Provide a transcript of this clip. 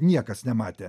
niekas nematė